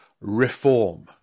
reform